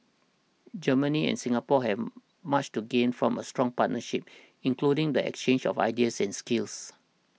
Germany and Singapore have much to gain from a strong partnership including the exchange of ideas and skills